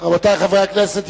רבותי חברי הכנסת,